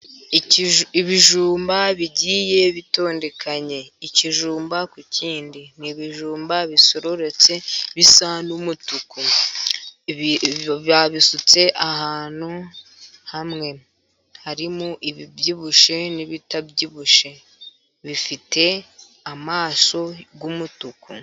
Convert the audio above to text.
Ibijumba bigiye bitondekanye ikijumba ku kindi, ni ibijumba bisororotse bisa n'umutuku babisutse ahantu hamwe. Harimo ibibyibushye n'ibitabyibushye, bifite amaso y'umutuku.